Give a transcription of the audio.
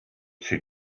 she